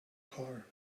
car